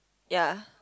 ya